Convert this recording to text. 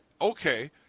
okay